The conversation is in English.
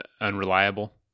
unreliable